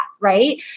right